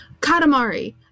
Katamari